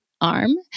arm